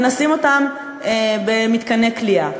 ונשים אותם במתקני כליאה,